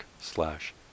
slash